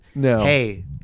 hey